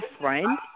friend